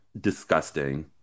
Disgusting